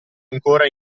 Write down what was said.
ancora